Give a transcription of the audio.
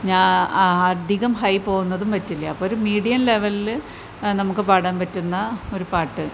ഞാൻ അ അധികം ഹൈ പോകുന്നതും പറ്റില്ല അപ്പോൾ ഒരു മീഡിയം ലെവലിൽ നമുക്ക് പാടാൻ പറ്റുന്ന ഒരു പാട്ട്